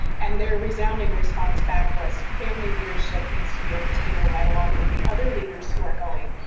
and their resounding response back was family leadership needs to be at the table right along with the other leaders who are going.